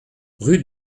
rue